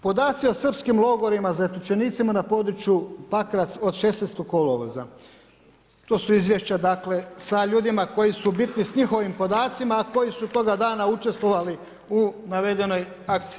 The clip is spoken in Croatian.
Podaci o srpskim logorima, zatočenicima na području Pakrac od 16. kolovoza, to su izvješća dakle sa ljudima koji su bitni, sa njihovim podacima a koji su toga dana učestvovali u navedenoj akciji.